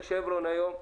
שברון היום,